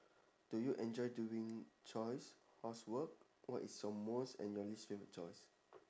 do you enjoy doing chores housework what is your most annoying favourite chores